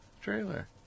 trailer